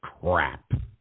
crap